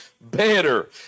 better